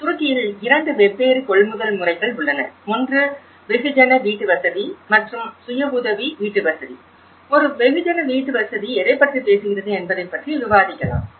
துருக்கியில் 2 வெவ்வேறு கொள்முதல் முறைகள் உள்ளன ஒன்று வெகுஜன வீட்டுவசதி மற்றும் சுய உதவி வீட்டுவசதி ஒரு வெகுஜன வீட்டுவசதி எதைப் பற்றி பேசுகிறது என்பதைப் பற்றி விவாதிக்கலாம்